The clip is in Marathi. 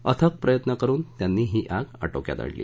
अथक प्रयत्न करुन त्यानी आग आटोक्यात आणली